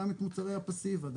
גם את מוצרי הפסיבה,